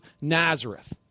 Nazareth